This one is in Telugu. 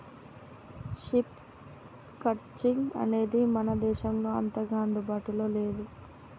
షీప్ క్రట్చింగ్ అనేది మన దేశంలో అంతగా అందుబాటులో లేదు